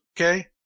okay